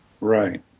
Right